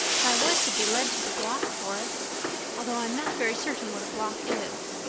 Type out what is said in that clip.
if i was to be led to the block for it although i'm not very certain what a block is.